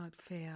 fail